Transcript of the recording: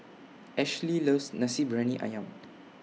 Ashlee loves Nasi Briyani Ayam